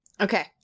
Okay